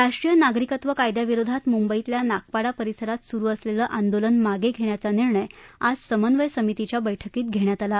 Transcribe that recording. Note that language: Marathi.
राष्ट्रीय नागरिकत्व कायद्याविरोधात मुंबईतल्या नागपाडा परिसरात सुरू असलेलं आंदोलन मागे घेण्याचा निर्णय आज समन्व्य समितीच्या बैठकीत घेण्यात आला